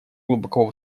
глубоко